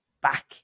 back